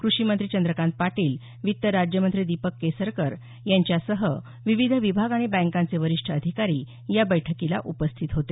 क्रषिमंत्री चंद्रकांत पाटील वित्त राज्यमंत्री दीपक केसरकर यांच्यासह विविध विभाग आणि बँकांचे वरिष्ठ अधिकारी या बैठकीला उपस्थित होते